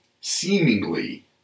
seemingly